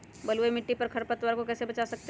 बलुई मिट्टी को खर पतवार से कैसे बच्चा सकते हैँ?